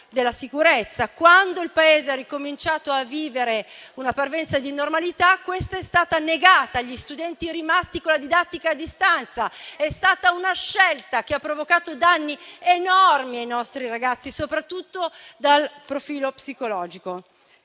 della sicurezza. Quando il Paese ha ricominciato a vivere una parvenza di normalità, questa è stata negata agli studenti, rimasti con la didattica a distanza: è stata una scelta che ha provocato danni enormi ai nostri ragazzi, soprattutto dal profilo psicologico.